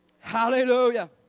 Hallelujah